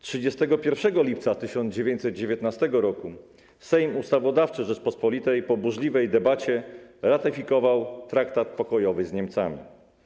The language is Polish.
31 lipca 1919 r. Sejm Ustawodawczy Rzeczypospolitej po burzliwej debacie ratyfikował traktat pokojowy z Niemcami.